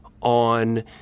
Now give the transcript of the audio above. on